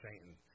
Satan